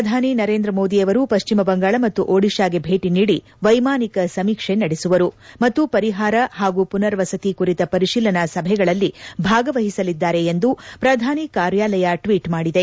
ಪ್ರಧಾನಿ ನರೇಂದ ಮೋದಿಯವರು ಪಶ್ಚಿಮ ಬಂಗಾಳ ಮತ್ತು ಒಡಿಶಾಗೆ ಭೇಟಿ ನೀಡಿ ವೈಮಾನಿಕ ಸಮೀಕ್ಷೆ ನಡೆಸುವರು ಮತ್ತು ಪರಿಹಾರ ಮತ್ತು ಪುನರ್ವಸತಿ ಕುರಿತ ಪರಿಶೀಲನಾ ಸಭೆಗಳಲ್ಲಿ ಭಾಗವಹಿಸಲಿದ್ದಾರೆ ಎಂದು ಪ್ರಧಾನಿ ಕಾರ್ಯಾಲಯ ಟ್ನೀಟ್ ಮಾಡಿದೆ